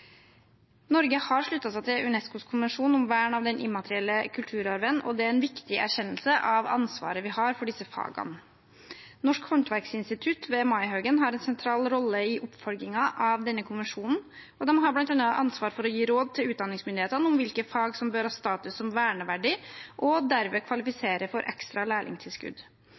Norge har sluttet seg til UNESCOs konvensjon om vern av den immaterielle kulturarven. Det er en viktig erkjennelse av ansvaret vi har for disse fagene. Norsk håndverksinstitutt ved Maihaugen har en sentral rolle i oppfølgingen av denne konvensjonen. De har blant annet ansvar for å gi råd til utdanningsmyndighetene om hvilke fag som bør ha status som verneverdige og derved kvalifisere for ekstra lærlingtilskudd.